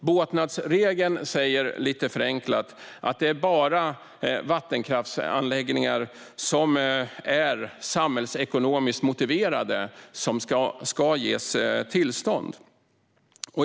Båtnadsregeln säger lite förenklat att det bara är vattenkraftsanläggningar som är samhällsekonomiskt motiverade som ska ges tillstånd.